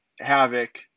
Havoc